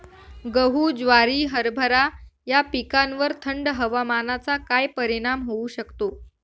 गहू, ज्वारी, हरभरा या पिकांवर थंड हवामानाचा काय परिणाम होऊ शकतो?